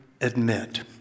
admit